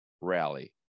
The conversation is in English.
rally